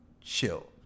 chill